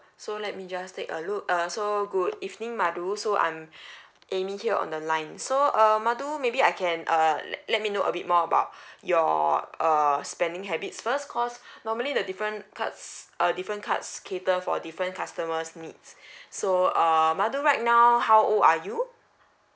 so let me just take a look uh so good evening madu so I'm amy here on the line so um madu maybe I can uh let me know a bit more about your err spending habits first cause normally the different cards uh different cards cater for different customers' needs so err madu right now how old are you